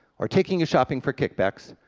or taking you shopping for kickbacks,